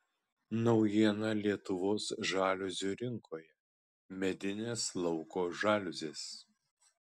naujiena lietuvos žaliuzių rinkoje medinės lauko žaliuzės